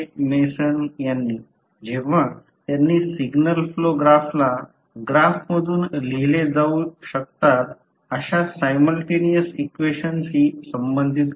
mason यांनी जेव्हा त्यांनी सिग्नल फ्लो ग्राफला ग्राफ मधून लिहिले जाऊ शकतात अशा सायमल्टेनियस इक्वेशनशी संबंधित केले